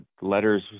letters